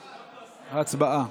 הצבעה.